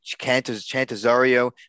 Chantazario